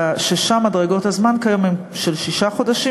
אלא ששם מדרגות הזמן כיום הן של שישה חודשים,